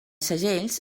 segells